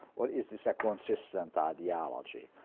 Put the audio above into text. or is this ah consistent ideology?